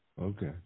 Okay